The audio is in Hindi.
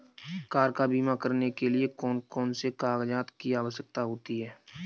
कार का बीमा करने के लिए कौन कौन से कागजात की आवश्यकता होती है?